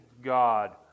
God